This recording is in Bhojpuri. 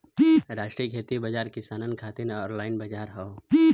राष्ट्रीय खेती बाजार किसानन खातिर ऑनलाइन बजार हौ